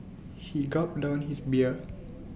he gulped down his beer